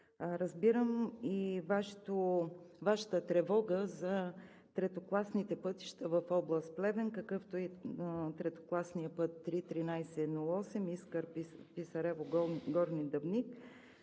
Разбирам и Вашата тревога за третокласните пътища в област Плевен, какъвто е и третокласният път III-1308 Искър – Писарово – Горни Дъбник.